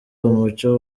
umuco